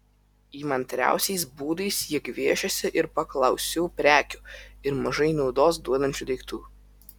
įmantriausiais būdais jie gviešiasi ir paklausių prekių ir mažai naudos duodančių daiktų